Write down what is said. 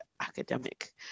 academic